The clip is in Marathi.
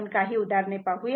आपण काही उदाहरणे पाहू या